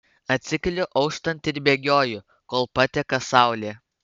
atsikeliu auštant ir bėgioju kol pateka saulė